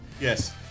Yes